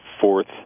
fourth